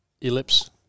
ellipse